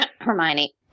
Hermione